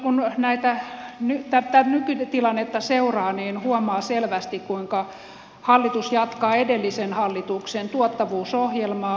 kun tätä nykytilannetta seuraa niin huomaa kyllä selvästi kuinka hallitus jatkaa edellisen hallituksen tuottavuusohjelmaa